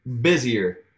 busier